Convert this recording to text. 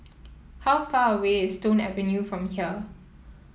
how far away is Stone Avenue from here